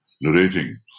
narrating